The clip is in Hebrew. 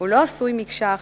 לא עשוי מקשה אחת,